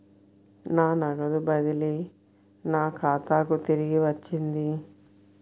నా నగదు బదిలీ నా ఖాతాకు తిరిగి వచ్చింది